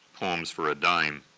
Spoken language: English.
poems for a dime,